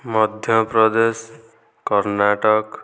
Madhya Pradesh Karnataka